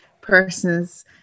persons